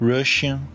Russian